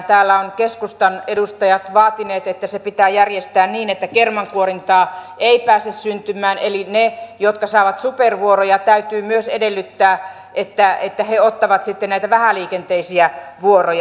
täällä ovat keskustan edustajat vaatineet että se pitää järjestää niin että kermankuorintaa ei pääse syntymään eli niiltä jotka saavat supervuoroja täytyy myös edellyttää että he ottavat sitten näitä vähäliikenteisiä vuoroja